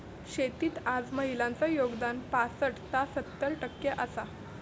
शेतीत आज महिलांचा योगदान पासट ता सत्तर टक्के आसा